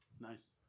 nice